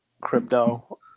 crypto